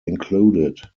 included